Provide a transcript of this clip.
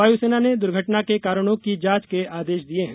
वायुसेना ने दुर्घटना के कारणों की जांच के आदेश दिये हैं